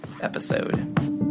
episode